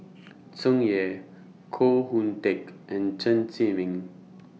Tsung Yeh Koh Hoon Teck and Chen Zhiming